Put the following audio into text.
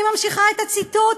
אני ממשיכה את הציטוט,